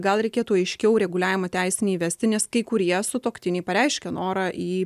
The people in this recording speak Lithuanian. gal reikėtų aiškiau reguliavimą teisinį įvesti nes kai kurie sutuoktiniai pareiškia norą į